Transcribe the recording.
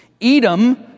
Edom